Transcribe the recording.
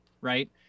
right